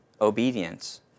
obedience